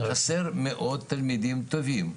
חסר מאוד תלמידים טובים.